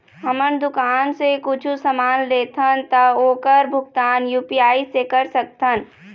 हमन दुकान से कुछू समान लेथन ता ओकर भुगतान यू.पी.आई से कर सकथन?